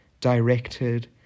directed